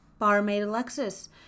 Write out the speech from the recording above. BarmaidAlexis